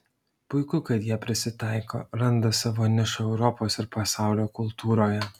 puiku kad jie prisitaiko randa savo nišą europos ir pasaulio kultūroje